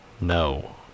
No